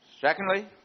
Secondly